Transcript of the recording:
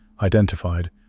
identified